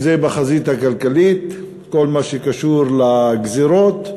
אם בחזית הכלכלית, כל מה שקשור לגזירות,